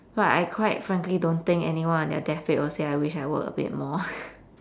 but I quite frankly don't think anyone on their deathbed would say I wish I worked a bit more